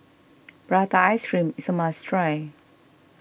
Prata Ice Cream is a must try